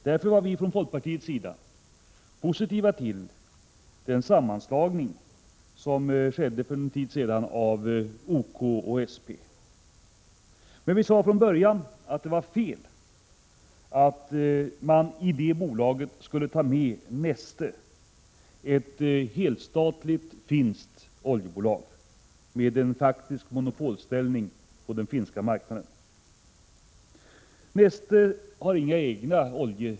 Därför var vi från folkpartiet positiva till den sammanslagning av OK och SP som skedde för en tid sedan. Men vi sade från början ifrån, att det var fel att i det bolaget ta med Neste, ett helstatligt finskt oljebolag med en faktisk monopolställning på den finska marknaden.